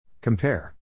Compare